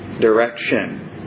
direction